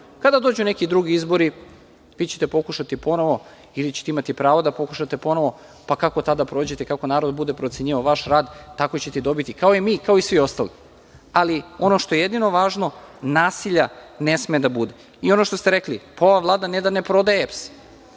Kada dođu neki drugi izbori vi ćete pokušati ponovo ili ćete imati pravo da pokušate ponovo, pa kako tada prođete, kako narod bude procenjivao vaš rad, tako ćete i dobiti. Kao i mi, kao i svi ostali, ali ono što je jedino važno, nasilja ne sme da bude. Ono što ste rekli, ova Vlada ne da ne prodaje EPS.